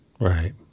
Right